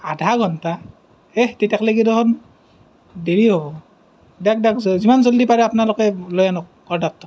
আধা ঘন্টা এহ তেতিয়াহ'লে দেখোন দেৰি হ'ব দিয়ক দিয়ক যিমান জলদি পাৰে আপোনালোকে লৈ আনক অৰ্ডাৰটো